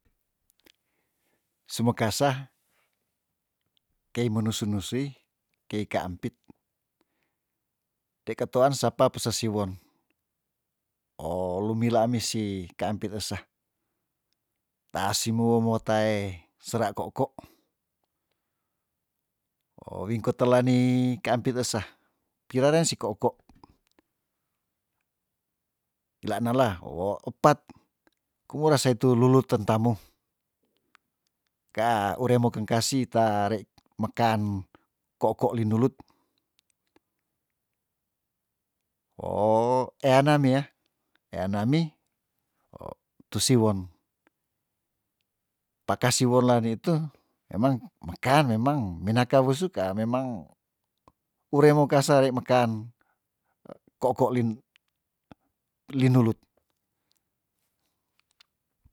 Sime kasa kei menusu nusui kei kaampit te ketoan sapa pese siwon oh lumila misi kaampit esa taa simo mowo tae sera ko'ko' oh wingko telani keampit esa pira deng si ko'ko' pilanela wo opat kumura se itu lulut tentamu kea ure mo kengkasi ta rei mekan ko'ko' linulut oh eana mia eanami tu siwon paka siwon la nitu memang mekan memang mina kawo suka memang ure mo kasare mekan ko'ko' lin- linulut